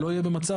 שלא יהיה במצב,